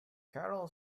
carol